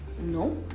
no